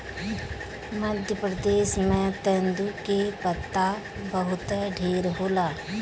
मध्य प्रदेश में तेंदू के पत्ता बहुते ढेर होला